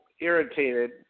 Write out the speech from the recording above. irritated